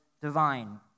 divine